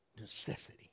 necessity